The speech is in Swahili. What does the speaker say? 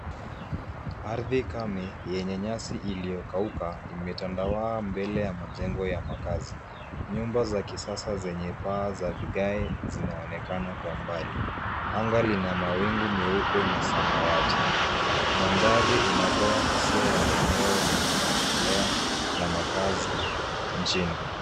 Ardhi kame yenye nyasi iliyokauka imetandawaa mbele ya majengo ya makazi. Nyumba za kisasa zenye paa za vigae zinaonekana kwa mbali. Anga lina mawingu meupe na samawati. Mandhari inatoa hisia ya eneo linaloendelea na makazi nchini.